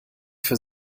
für